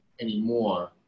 anymore